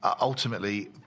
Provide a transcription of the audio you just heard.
ultimately